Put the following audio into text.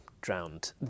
drowned